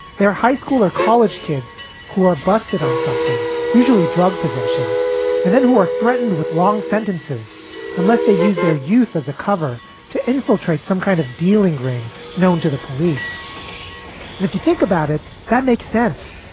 their high school or college kids who are busted on something, usually drug possession and then who are threatened with long sentences unless they use their youth as a cover to infiltrate some kind of dealing ring known to the police. and if you think about it, that makes sense.